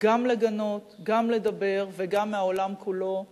גם לגנות, גם לדבר, וגם מהעולם כולו לפעול,